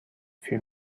fut